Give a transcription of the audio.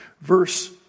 Verse